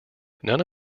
none